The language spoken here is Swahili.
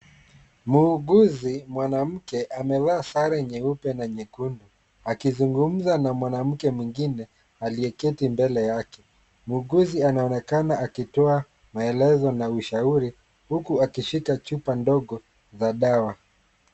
Muuguzi mwanamke amevaa sare nyeupe na nyekundu, akizungumza na mwanamke mwingine ameketi mbele yake, muuguzi anaonekana akitoa maelezo na ushauri huku akishika chupa ndogo za dawa.